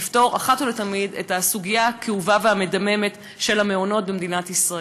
לפתור אחת ולתמיד את הסוגיה הכאובה והמדממת של המעונות במדינת ישראל.